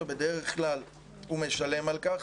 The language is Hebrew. ובדרך כלל הוא משלם על כך.